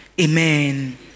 Amen